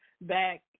back